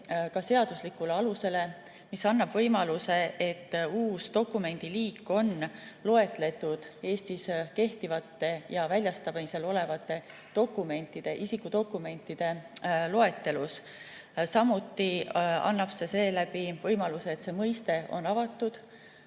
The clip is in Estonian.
see seaduslikule alusele, sest see annab võimaluse, et uus dokumendi liik on loetletud Eestis kehtivate ja väljastamisel olevate isikudokumentide loetelus. Samuti annab see võimaluse, et see mõiste on avatud